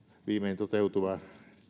viimein toteutuva